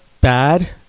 bad